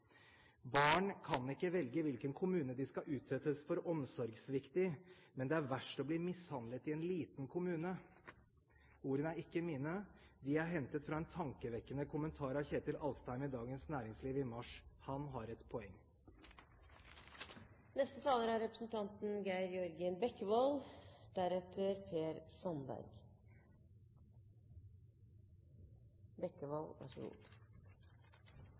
barn er dårligere i små kommuner, bør vi lytte. «Barn kan ikke velge hvilken kommune de skal utsettes for omsorgssvikt i, men det er verst å bli mishandlet i en liten kommune.» Ordene er ikke mine. De er hentet fra en tankevekkende kommentar av Kjetil B. Alstadheim i Dagens Næringsliv i mars. Han har et poeng. Det var innlegget til representanten